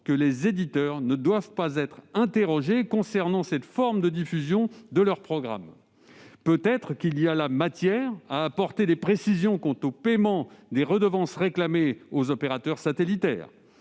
que les éditeurs ne doivent pas être interrogés concernant cette forme de diffusion de leurs programmes. Peut-être convient-il d'apporter des précisions quant au paiement des redevances réclamées aux opérateurs satellitaires.